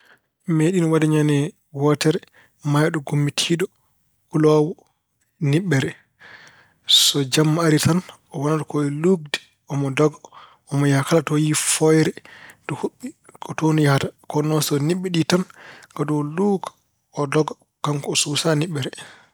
Meeɗii waɗde ñande wootere maayɗo ngummitiiɗo kuloowo niɓɓere. So jamma arii tan o wonata ko e luukde, omo doga, omo yaha kala to yiyii fooyre to yuɓɓi ko toon yo yahata. Kono noon so niɓɓiɗii tan kadi o luukaa, o doga. Kanko o suusaa niɓɓere.